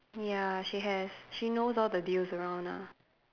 ya she has she knows all the deals around lah